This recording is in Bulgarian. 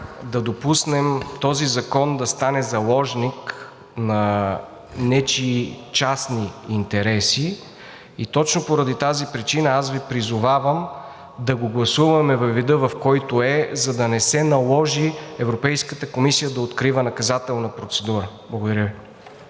да допуснем този закон да стане заложник на нечии частни интереси. Точно поради тази причина аз Ви призовавам да го гласуваме във вида, в който е, за да не се наложи Европейската комисия да открива наказателна процедура. Благодаря.